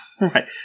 Right